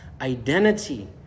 identity